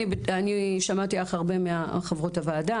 שמעתי הרבה מחברות הוועדה,